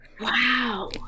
Wow